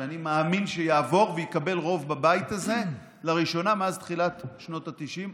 שאני מאמין שיעבור ויקבל רוב בבית הזה לראשונה מאז תחילת שנות התשעים,